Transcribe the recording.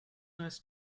nice